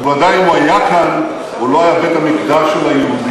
ובוודאי אם הוא היה כאן הוא לא היה בית-המקדש של היהודים,